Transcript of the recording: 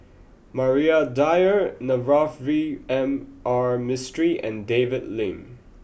Maria Dyer Navroji R Mistri and David Lim